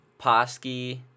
Posky